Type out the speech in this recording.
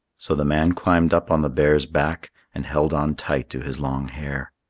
so the man climbed up on the bear's back and held on tight to his long hair.